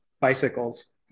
bicycles